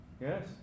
Yes